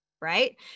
right